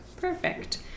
Perfect